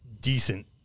decent